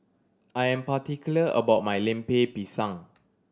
I am particular about my Lemper Pisang